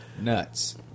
Nuts